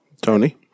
Tony